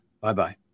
Bye-bye